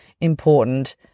important